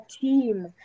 team